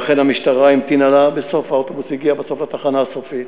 ואכן המשטרה המתינה לה, היא הגיעה לתחנה הסופית.